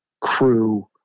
crew